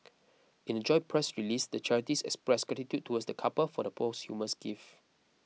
in a joint press release the charities expressed gratitude towards the couple for the posthumous gift